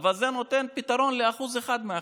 אבל זה נותן פתרון ל-1% מהחברה,